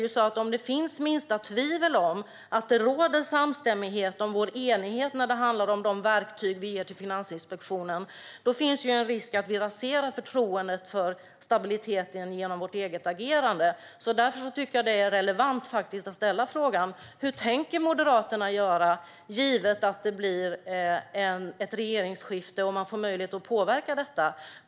Om det finns minsta tvivel om att det råder enighet om de verktyg vi ger till Finansinspektionen finns ju en risk att vi raserar förtroendet för stabiliteten genom vårt eget agerande. Därför tycker jag faktiskt att det är relevant att ställa frågan: Hur tänker Moderaterna göra, givet att det blir ett regeringsskifte och man får möjlighet att påverka detta?